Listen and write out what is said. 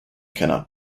cannot